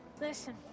Listen